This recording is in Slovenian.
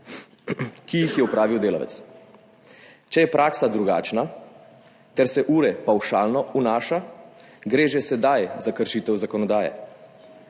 ki jih je opravil delavec. Če je praksa drugačna ter se ure pavšalno vnaša, gre že sedaj za kršitev zakonodaje.